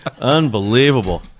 unbelievable